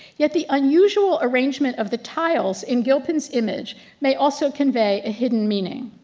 yet the unusual arrangement of the tiles in gilpin's image they also convey a hidden meaning.